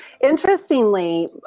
Interestingly